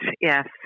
yes